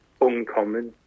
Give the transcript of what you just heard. uncommon